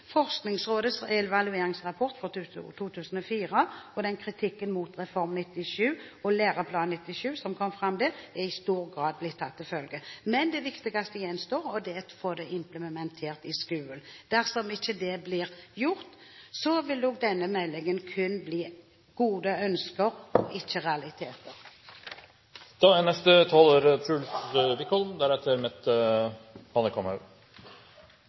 Forskningsrådets evalueringsrapport fra 2004 og den kritikken mot Reform 97 og Læreplan 97 som kom fram der, er i stor grad blitt tatt til følge, men det viktigste gjenstår, og det er å få det implementert i skolen. Dersom ikke det blir gjort, vil også denne meldingen kun bli gode ønsker og ikke